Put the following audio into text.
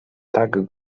tak